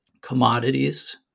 commodities